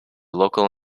local